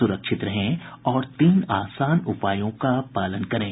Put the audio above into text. सुरक्षित रहें और इन तीन आसान उपायों का पालन करें